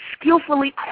skillfully